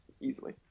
easily